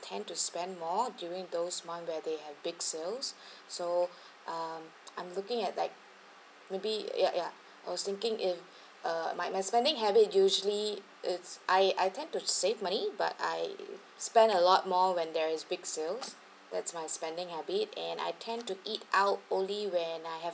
tend to spend more all during those month where they have big sales so um I'm looking at like maybe ya ya I was thinking if uh my my spending habit usually is I I tend to save money but I spend a lot more when there is big sales that's my spending habit and I tend to eat out only when I have